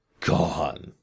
gone